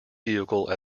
vehicle